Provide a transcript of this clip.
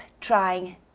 trying